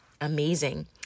amazing